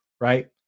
right